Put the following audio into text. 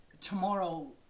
tomorrow